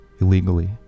illegally